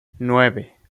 nueve